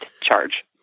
charge